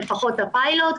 לפחות הפיילוט,